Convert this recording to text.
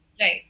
right